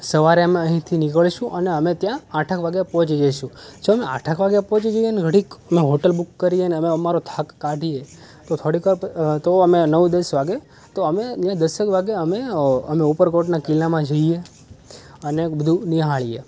સવારે અમે અહીથી નિકળીશું અને અમે ત્યાં આઠેક વાગે પહોંચી જઈશું જો અમે આઠેક વાગે પહોંચી જઈએ ન ઘડીક અમે હોટલ બૂક કરીએ અને અમે અમારો થાક કાઢીએ તો થોડીકવાર તો અમે નવ દસ વાગે તો અમે ને દસ એક વાગે અમે ઉપરકોટના કિલ્લામાં જઈએ અને બધું નિહાળીએ